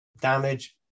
Damage